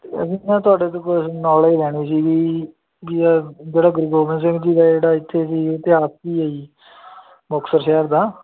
ਅਸੀਂ ਨਾ ਤੁਹਾਡੇ ਤੋਂ ਕੁਛ ਨੋਲੇਜ ਲੈਣੇ ਸੀਗੀ ਜੀ ਵੀ ਜਿਹੜਾ ਗੁਰ ਗੋਬਿੰਦ ਸਿੰਘ ਜੀ ਦਾ ਜਿਹੜਾ ਇੱਥੇ ਦੀ ਇਤਿਹਾਸ ਕੀ ਹੈ ਜੀ ਮੁਕਤਸਰ ਸ਼ਹਿਰ ਦਾ